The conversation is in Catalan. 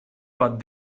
pot